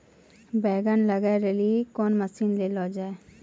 बैंगन लग गई रैली कौन मसीन ले लो जाए?